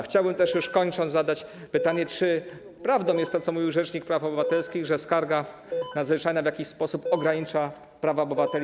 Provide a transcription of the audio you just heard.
Chciałbym też, już kończąc, zadać pytanie: Czy prawdą jest to, co mówił rzecznik praw obywatelskich, że skarga nadzwyczajna w jakiś sposób ogranicza prawa obywateli?